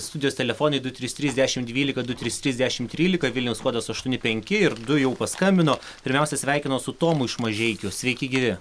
studijos telefonai du trys trys dešim dvylika du trys trys dešim trylika vilniaus kodas aštuoni penki ir du jau paskambino pirmiausia sveikinuos su tomu iš mažeikių sveiki gyvi